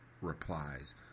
replies